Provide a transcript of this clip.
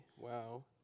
Wow